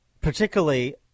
particularly